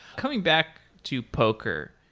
coming back to poker,